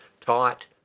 taught